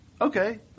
Okay